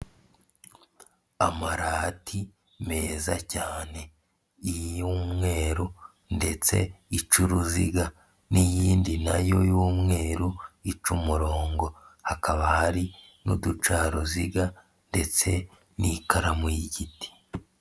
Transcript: Amarati meza cyane, iy'umweru ndetse ica uruziga n'iyindi nayo y'umweru ica umurongo hakaba hari n'uducaruziga ndetse n'ikaramu y'igiti.